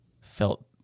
felt